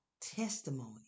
testimony